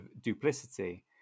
duplicity